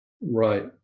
Right